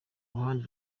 ruhande